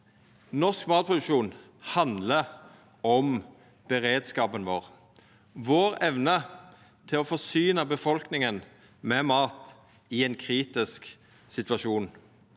norsk matproduksjon om beredskapen vår, vår evne til å forsyna befolkninga med mat i ein kritisk situasjon.